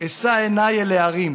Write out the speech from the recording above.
אשא עיני אל ההרים